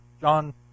John